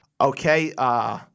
Okay